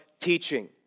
Teaching